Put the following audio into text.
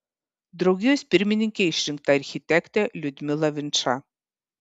draugijos pirmininke išrinkta architektė liudmila vinča